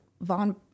Vaughn